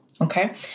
okay